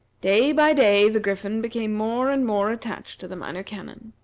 day by day the griffin became more and more attached to the minor canon.